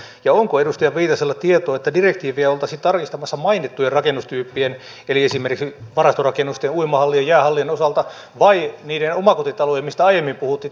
ja onko edustaja viitasella tietoa että direktiiviä oltaisiin tarkistamassa mainittujen rakennustyyppien eli esimerkiksi varastorakennusten uimahallien ja jäähallien osalta tai niiden omakotitalojen mistä aiemmin puhuttiin